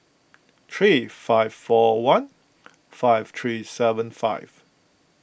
three five four one five three seven five